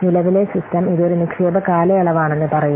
നിലവിലെ സിസ്റ്റം ഇത് ഒരു നിക്ഷേപ കാലയളവാണെന്ന് പറയുന്നു